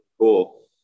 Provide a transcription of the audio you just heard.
cool